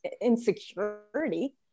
insecurity